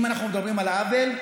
אם אנחנו מדברים על עוול,